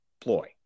ploy